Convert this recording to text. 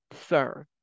sir